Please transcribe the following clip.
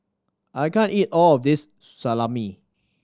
I can't eat all of this Salami